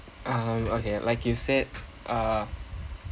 um okay like you said uh